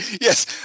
Yes